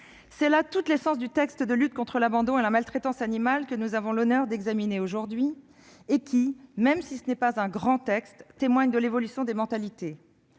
C'est là toute l'essence de la proposition de loi de lutte contre l'abandon et la maltraitance animale que nous avons l'honneur d'examiner aujourd'hui et qui, même si ce n'est pas un grand texte, témoigne de l'évolution des mentalités.